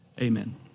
Amen